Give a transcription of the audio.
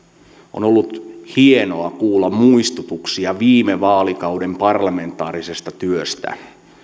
ollut hienoa kuulla muistutuksia viime vaalikauden parlamentaarisesta työstä